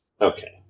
Okay